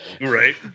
Right